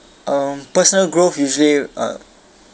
um personal growth usually uh